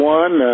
one